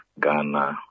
Ghana